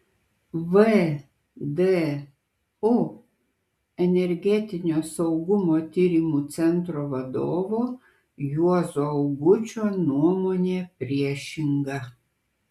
vdu energetinio saugumo tyrimų centro vadovo juozo augučio nuomonė priešinga